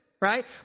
right